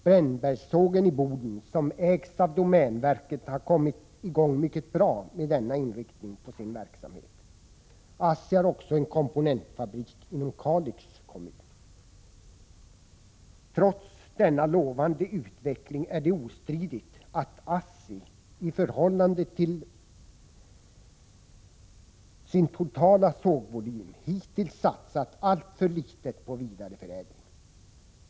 Brännbergssågen i Boden, som ägs av domänverket, har kommit i gång mycket bra med denna inriktning på sin verksamhet. ASSI har också en komponentfabrik inom Kalix kommun. Trots denna lovande utveckling är det ostridigt att ASSI i förhållande till sin totala sågvolym hittills satsat alltför litet på vidareförädling.